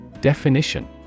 Definition